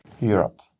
Europe